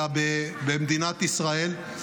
אלא במדינת ישראל.